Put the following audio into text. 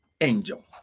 angel